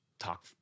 talk